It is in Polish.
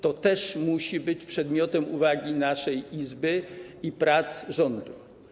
To też musi być przedmiotem uwagi naszej Izby i prac rządu.